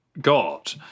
God